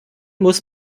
muss